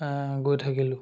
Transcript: গৈ থাকিলোঁ